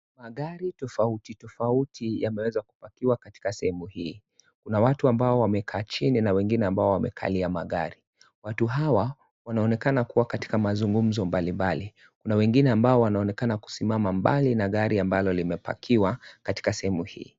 Magari tofautitofauti yameweza kuparkiwa katika sehemu hii, kuna watu ambao wamekaa chini na wengine ambao wamekalia magari, watu hawa wanaonekana kuwa katika mazungumzo mbalimbali, kuna wengine ambao wanaonekana kusimama mbali na gari ambalo limeparkiwa katika sehemu hii.